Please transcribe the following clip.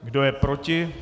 Kdo je proti?